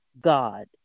God